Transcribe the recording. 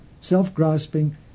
self-grasping